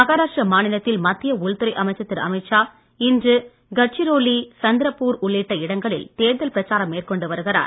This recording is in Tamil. மஹாராஷ்டிர மாநிலத்தில் மத்திய உள்துறை அமைச்சர் திரு அமித் ஷா இன்று காட்ச்சிரோலி சந்தர்பூர் உள்ளிட்ட இடங்களில் தேர்தல் பிரச்சாரம் மேற்கொண்டு வருகிறார்